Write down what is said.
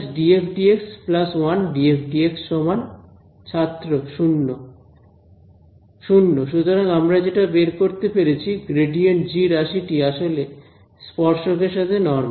1 − df dx 1df dx সমান ছাত্র 0 0 সুতরাং আমরা যেটা বের করতে পেরেছি ∇g রাশিটি আসলে স্পর্শক এর সাথে নরমাল